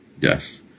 Yes